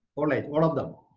all like all of them.